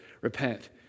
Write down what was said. Repent